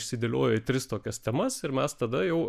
išsidėliojo į tris tokias temas ir mes tada jau